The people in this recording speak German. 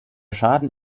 schaden